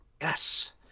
Yes